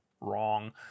Wrong